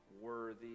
worthy